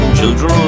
children